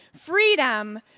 freedom